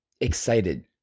excited